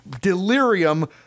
delirium